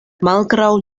malgraŭ